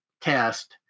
test